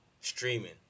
streaming